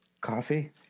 coffee